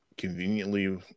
conveniently